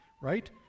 right